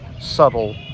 subtle